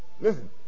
listen